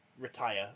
retire